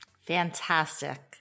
Fantastic